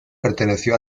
perteneció